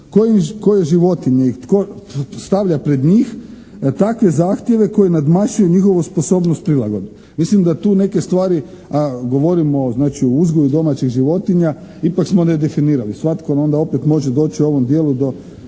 koje životinje i tko stavlja pred njih takve zahtjeve koji nadmašuju njihovu sposobnost prilagodbe. Mislim da tu neke stvari, govorimo znači o uzgoju domaćih životinja ipak smo nedefinirali. Svatko onda opet može doći u ovom dijelu do